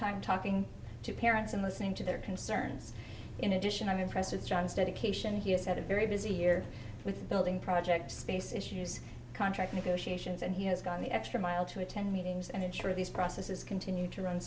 time talking to parents and listening to their concerns in addition i mean president john's dedication he has had a very busy year with building projects space issues contract negotiations and he has gone the extra mile to attend meetings and ensure this process is continued to run